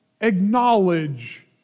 acknowledge